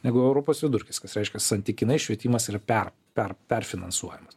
negu europos vidurkis kas reiškia santykinai švietimas yra per per perfinansuojamas